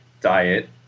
diet